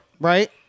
Right